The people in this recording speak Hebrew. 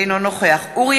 אינו נוכח אורי